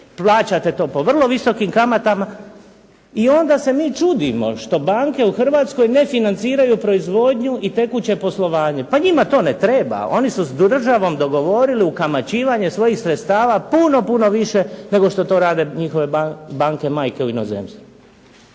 plaćate to po vrlo visokim kamatama i onda se mi čudimo što banke u Hrvatskoj ne financiraju proizvodnju i tekuće poslovanje. Pa njima to ne treba. Oni su s državom dogovorili ukamaćivanje svojih sredstava puno puno više nego što to rade njihove banke majke u inozemstvu.